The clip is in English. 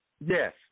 Yes